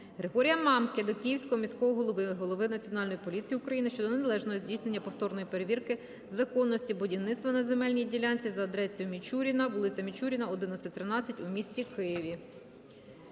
Григорія Мамки до Київського міського голови, голови Національної поліції України щодо належного здійснення повторної перевірки законності будівництва на земельній ділянці за адресою: Мічуріна, вулиця Мічуріна, 11-13, у місті Києві.